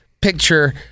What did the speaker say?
picture